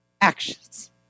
actions